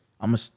I'ma